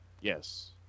Yes